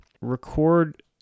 record